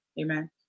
Amen